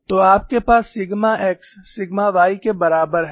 तो आपके पास सिग्मा x सिग्मा y के बराबर है